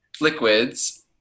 liquids